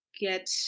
get